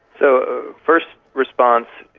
so first response,